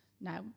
no